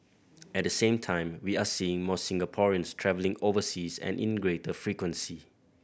at the same time we are seeing more Singaporeans travelling overseas and in greater frequency